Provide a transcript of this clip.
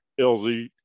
LZ